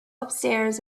upstairs